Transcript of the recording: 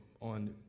on